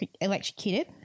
electrocuted